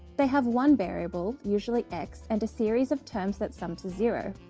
they have one variable, usually x, and a series of terms that sum to zero,